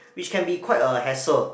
which can be quite a hassle